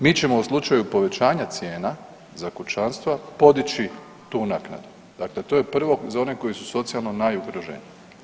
Mi ćemo u slučaju povećanja cijena za kućanstva podići tu naknadu, dakle to je prvo za one koji su socijalno najugroženiji.